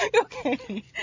Okay